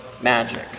magic